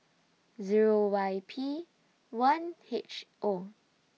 Zero Y P one H O